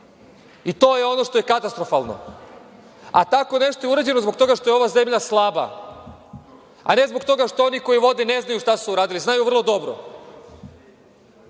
i to je ono što je katastrofalno, a tako nešto je urađeno zbog toga što je ova zemlja slaba, a ne zbog toga što oni koji je vode ne znaju šta su uradili. Znaju vrlo dobro. Šta